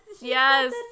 yes